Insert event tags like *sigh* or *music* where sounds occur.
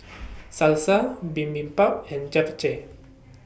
*noise* Salsa Bibimbap and Japchae